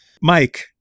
Mike